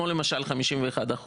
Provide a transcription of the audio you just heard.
למשל ה-51%,